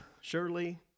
surely